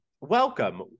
welcome